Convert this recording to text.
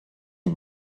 die